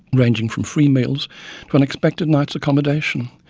ranging from free meals to unexpected nights' accommodation.